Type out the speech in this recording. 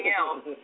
else